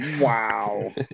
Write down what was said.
Wow